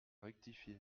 rectifié